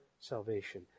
salvation